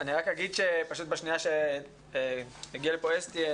אני רק אגיד שפשוט בשנייה שתגיע לכאן אסתי,